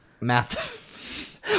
Math